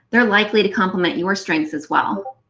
they're likely to compliment your strengths as well.